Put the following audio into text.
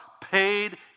paid